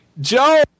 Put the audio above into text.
Joe